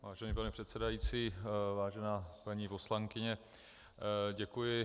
Vážený pane předsedající, vážená paní poslankyně, děkuji.